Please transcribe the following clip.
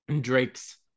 Drake's